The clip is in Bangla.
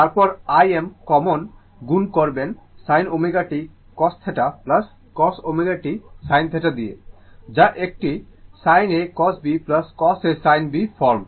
তারপর Im কমন গুন করবেন sin ω t cos θ cos ω t sin θ দিয়ে যা একটি sin A cos B cos A sin B form